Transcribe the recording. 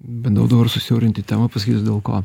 bandau dabar susiaurinti temą pasakysiu dėl ko